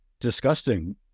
disgusting